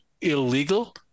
illegal